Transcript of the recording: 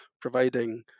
providing